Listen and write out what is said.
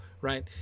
right